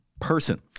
person